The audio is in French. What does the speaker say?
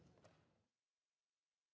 Merci